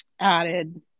added